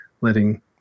letting